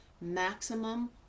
maximum